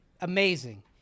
amazing